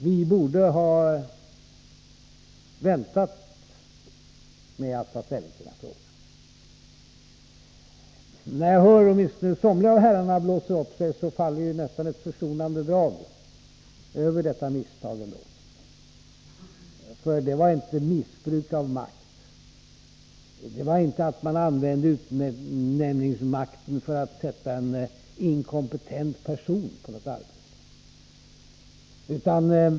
Vi borde ha väntat med att ta ställning i den här frågan. När jag hör somliga av herrarna blåsa upp sig, kommer det trots allt nästan ett försonande drag över detta misstag. Det var inte fråga om missbruk av makt och användande av utnämningsmakten för att sätta en inkompetent person på något arbete.